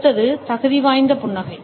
அடுத்தது தகுதிவாய்ந்த புன்னகை